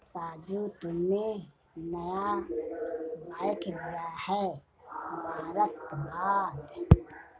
राजू तुमने नया बाइक लिया है मुबारकबाद